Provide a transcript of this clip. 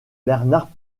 bernard